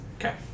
Okay